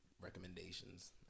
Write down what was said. recommendations